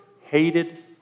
hated